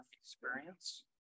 experience